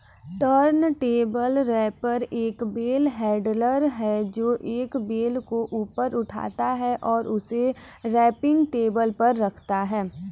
turntable wrapper एक bale handler है, जो एक बेल को ऊपर उठाता है और उसे रैपिंग टेबल पर रखता है